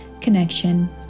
connection